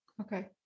Okay